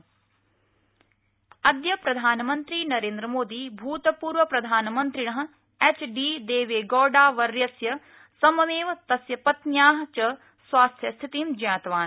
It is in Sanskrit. मोदी देवेगौड़ा अद्य प्रधानमन्त्री नरेन्द्रमोदी भूतपूर्व प्रधानमन्त्रिण एच् डी देवेगौड़ावर्यस्य सममेव तस्य पत्न्या च स्वास्थ्यस्थितिं ज्ञातवान्